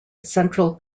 central